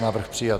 Návrh přijat.